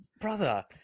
brother